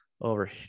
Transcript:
over